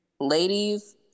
ladies